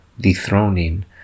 dethroning